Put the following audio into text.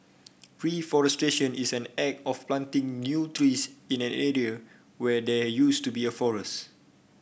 reforestation is an act of planting new trees in an area where there used to be a forest